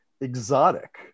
exotic